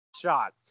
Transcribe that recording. Shot